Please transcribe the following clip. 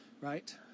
Right